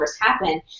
happen